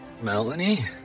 Melanie